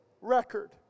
record